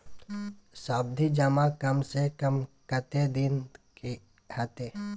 सावधि जमा कम से कम कत्ते दिन के हते?